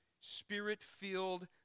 spirit-filled